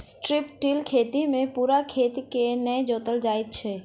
strip till खेती मे पूरा खेत के नै जोतल जाइत छै